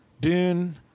Dune